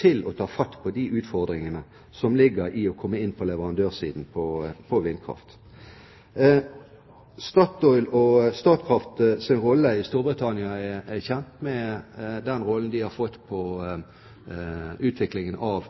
til å ta fatt på de utfordringene som ligger i å komme inn på leverandørsiden på vindkraft. Den rollen Statoil og Statkraft har fått i utviklingen av